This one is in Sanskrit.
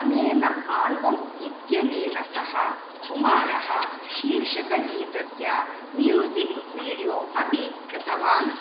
अनेन आल्बम् इत्यनेन सह कुमारः शीर्षकगीतस्य म्यूसिक् वीडियो अपि कृतवान्